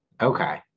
Okay